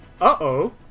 uh-oh